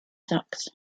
socks